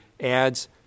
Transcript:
adds